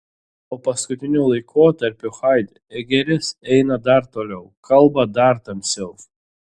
o paskutiniu laikotarpiu haidegeris eina dar toliau kalba dar tamsiau